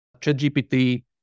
ChatGPT